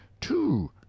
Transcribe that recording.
two